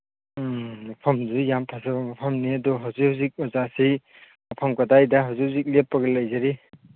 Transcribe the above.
ꯎꯝ ꯃꯐꯝꯁꯤ ꯌꯥꯝ ꯐꯖꯕ ꯃꯐꯝꯅꯤ ꯑꯗꯨ ꯍꯧꯖꯤꯛ ꯍꯧꯖꯤꯛ ꯑꯣꯖꯥꯁꯤ ꯃꯐꯝ ꯀꯗꯥꯏꯗ ꯍꯧꯖꯤꯛ ꯍꯧꯖꯤꯛ ꯂꯦꯞꯄꯒ ꯂꯩꯖꯔꯤ